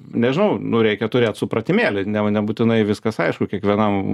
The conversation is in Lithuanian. nežinau nu reikia turėt supratimėlį nebūtinai viskas aišku kiekvienam